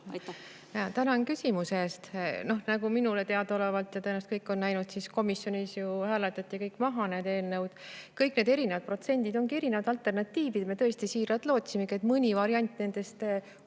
sobiv. Tänan küsimuse eest! Minule teadaolevalt ja nagu tõenäoselt kõik on näinud, komisjonis hääletati kõik need eelnõud maha. Kõik need erinevad protsendid ongi erinevad alternatiivid. Me tõesti siiralt lootsime, et mõni variant nendest